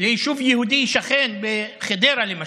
ליישוב יהודי שכן, בחדרה, למשל.